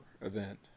event